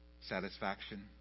satisfaction